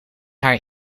haar